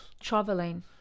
Traveling